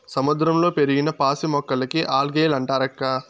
సముద్రంలో పెరిగిన పాసి మొక్కలకే ఆల్గే లంటారక్కా